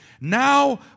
Now